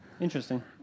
Interesting